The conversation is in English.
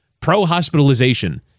pro-hospitalization